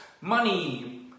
money